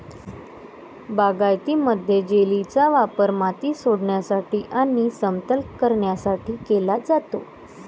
बागायतीमध्ये, जेलीचा वापर माती सोडविण्यासाठी आणि समतल करण्यासाठी केला जातो